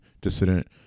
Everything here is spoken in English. dissident